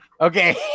Okay